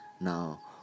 Now